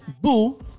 Boo